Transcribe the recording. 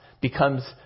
becomes